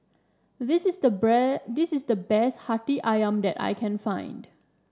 this is the this is the best Hati ayam that I can find